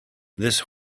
this